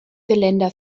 geländer